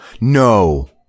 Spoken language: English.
No